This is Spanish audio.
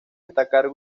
destacar